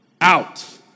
out